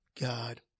God